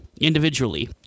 individually